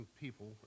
people